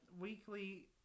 Weekly